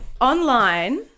online